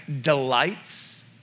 delights